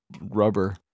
rubber